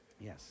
Yes